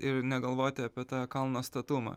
ir negalvoti apie tą kalno statumą